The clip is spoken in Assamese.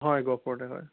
হয় গহপুৰতে হয়